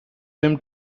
them